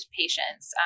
patients